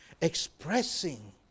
Expressing